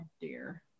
dear